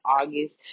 august